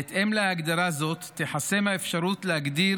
בהתאם להגדרה זו תיחסם האפשרות להגדיר